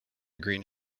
green